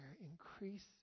increase